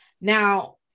Now